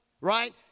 right